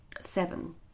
seven